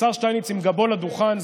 השר שטייניץ עם גבו לדוכן,